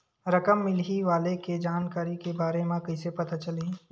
रकम मिलही वाले के जानकारी के बारे मा कइसे पता चलही?